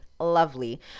Lovely